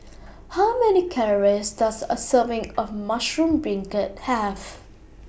How Many Calories Does A Serving of Mushroom Beancurd Have